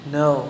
no